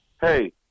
hey